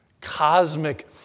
Cosmic